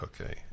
Okay